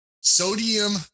sodium